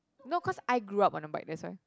no cause I grew up on a bike that's why